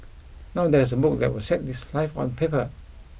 now there is a book that will set his life on paper